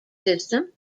system